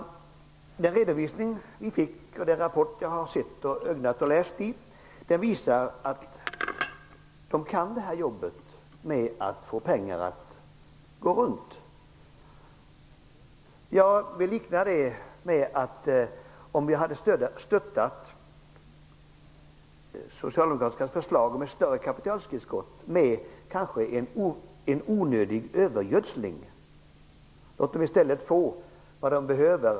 Ja, den redovisning som vi har fått och den rapport som jag har läst visar att man kan jobbet, att man klarar av att få det att gå runt. Ett stöd från oss när det gäller Socialdemokraternas förslag om ett större kapitaltillskott liknar jag vid en kanske onödig övergödsling. Låt dem i stället få vad de behöver!